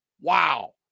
Wow